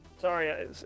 sorry